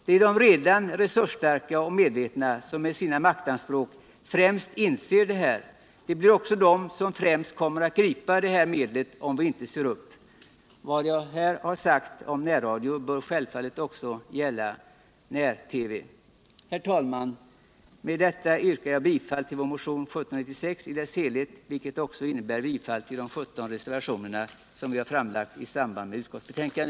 Det är de redan resursstarka och medvetna som med sina maktanspråk främst inser detta. Det blir också dessa som främst kommer att gripa detta medel om vi inte ser upp. Vad jag här har sagt om närradion bör självfallet också gälla när-TV. Herr talman! Med det anförda yrkar jag bifall till de 17 reservationer som vi har fogat till utskottets betänkande.